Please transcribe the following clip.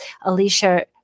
Alicia